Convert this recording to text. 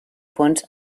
punts